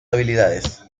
habilidades